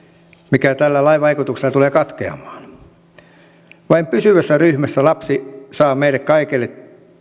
mikä tällä lain vaikutuksella tulee katkeamaan vain pysyvässä ryhmässä lapsi saa meille kaikille